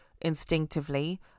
instinctively